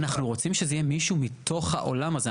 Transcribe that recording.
אנחנו רוצים שזה יהיה מישהו מתוך העולם הזה.